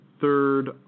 third